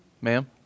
ma'am